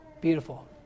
Beautiful